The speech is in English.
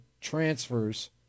transfers